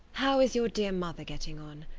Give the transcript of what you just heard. how is your dear mother getting on?